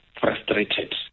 frustrated